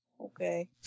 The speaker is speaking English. Okay